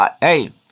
hey